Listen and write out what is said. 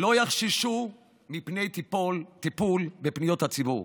שלא יחששו מפני טיפול בפניות הציבור.